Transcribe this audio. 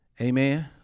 Amen